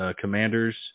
commanders